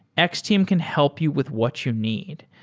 x-team can help you with what you need.